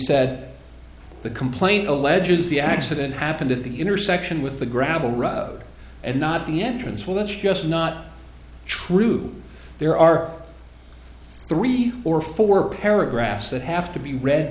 said the complaint alleges the accident happened at the intersection with the gravel road and not the entrance well that's just not true there are three or four paragraphs that have to be read